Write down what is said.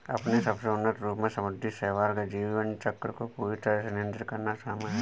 अपने सबसे उन्नत रूप में समुद्री शैवाल के जीवन चक्र को पूरी तरह से नियंत्रित करना शामिल है